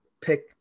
Pick